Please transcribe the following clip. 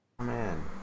Man